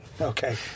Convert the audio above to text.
okay